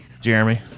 Jeremy